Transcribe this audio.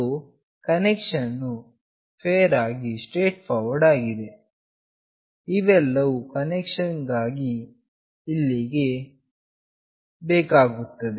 so connection ವು fair ಆಗಿ straightforward ಆಗಿದೆ ಇವೆಲ್ಲವೂ ಕನೆಕ್ಷನ್ ಗಾಗಿ ಇಲ್ಲಿಗೆ ಬೇಕಾಗುತ್ತದೆ